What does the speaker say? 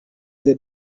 the